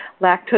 Lactose